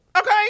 Okay